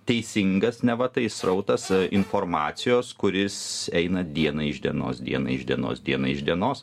teisingas neva tai srautas informacijos kuris eina diena iš dienos diena iš dienos diena iš dienos